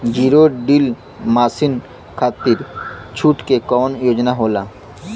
Zero deal मासिन खाती छूट के कवन योजना होला?